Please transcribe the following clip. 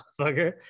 motherfucker